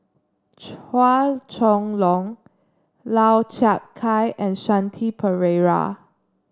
Chua Chong Long Lau Chiap Khai and Shanti Pereira